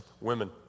women